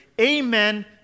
Amen